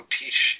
teach